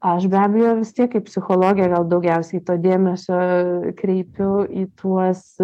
aš be abejo vis tiek kaip psichologė gal daugiausiai to dėmesio kreipiu į tuos